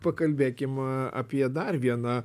pakalbėkim apie dar vieną